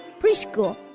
preschool